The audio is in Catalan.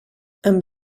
amb